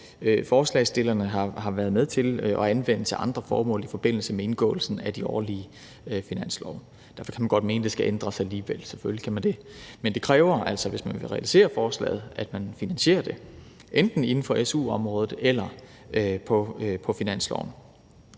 forslagsstillerne har været med til at anvende til andre formål i forbindelse med indgåelsen af de årlige finanslove. Derfor kan man godt mene, at det skal ændres alligevel; selvfølgelig kan man det. Men det kræver altså, hvis man vil realisere forslaget, at man finansierer det, enten inden for su-området eller på finansloven.